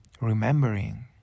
remembering